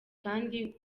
kandi